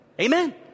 Amen